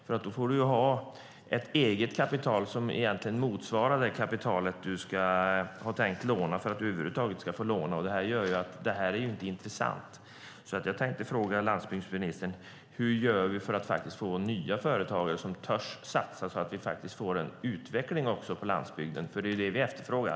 Man måste ha ett eget kapital som motsvarar det kapital man har tänkt låna för att man ska få låna över huvud taget. Det gör att det inte är intressant. Jag vill fråga landsbygdsministern: Hur gör vi för att få nya företagare som törs satsa så att vi får en utveckling på landsbygden? Det är ju det vi efterfrågar.